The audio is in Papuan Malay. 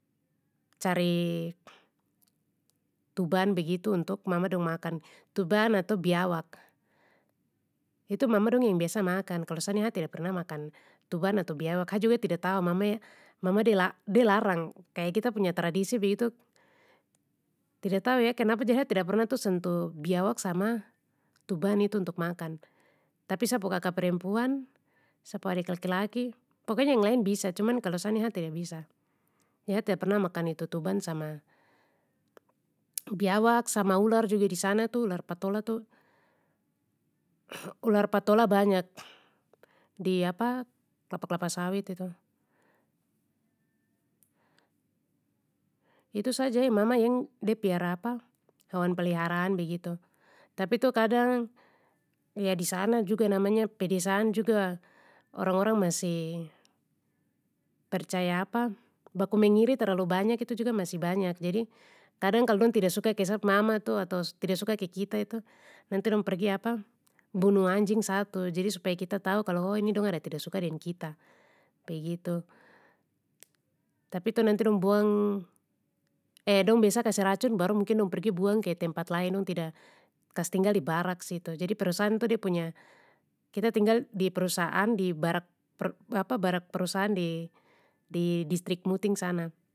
Cari, tuban begitu itu untuk mama dong makan, tuban atau biawak. Itu mama dong yang biasa makan kalo sa ni sa tida pernah makan tuban atau biawak ha juga tida tahu mame-mama de la-de larang kaya kita punya tradisi begitu, tida tahu eh kenapa jadi ha tida pernah tu sentuh biawak sama tuban itu untuk makan, tapi sa pu kaka perempuan sa pu adik laki laki, pokoknya yang lain bisa cuman kalo sa ni ha tida bisa, jadi ha tida pernah itu tuban sama, biawak sama ular juga disana tu ular patola tu ular patola banyak, di apa klapa klapa sawit itu. Itu saja eh mama yang de piara apa hewan pliharaan begitu, tapi tu kadang ya disana juga namanya pedesaan juga orang orang masih percaya baku mengiri terlalu banyak itu masih banyak jadi, kadang kalo dong tida suka ke sa mama atau-atau tida suka ke kita itu nanti dong pergi bunuh anjing satu jadi supaya kita tahu kalo oh ini dong ada tida suka deng kita, begitu. Tapi tu nanti dong buang, eh dong biasa kasih racun baru mungkin dong pergi buang ke tempat lain dong tida kas tinggal di barak situ, jadi perusahaan itu de punya, kita tinggal di perusahaan di barak-barak-apa-barak perusahaan di-di distrik muting sana.